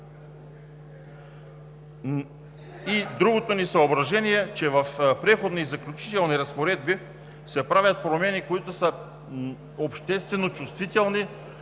Другото ни съображение е, че в Преходните и заключителните разпоредби се правят промени, които са обществено чувствителни.